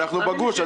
אנחנו בגוש.